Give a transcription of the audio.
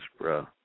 bro